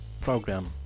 program